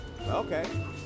Okay